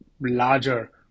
larger